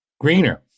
greener